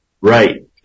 Right